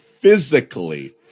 physically